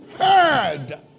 heard